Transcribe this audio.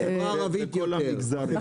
בחברה הערבית יותר, יותר.